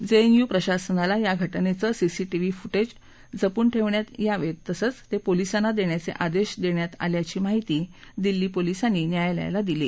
JNU प्रशासनाला या घटनेचे सीसीटीव्ही फुटेज जपून ठेवण्यात यावेत तसंच ते पोलिसांना देण्याचे आदेश देण्यात आले आहेत अशी माहिती दिल्ली पोलिसांनी न्यायालयाला दिली